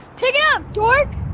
pick it up, dork!